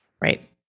Right